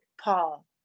paul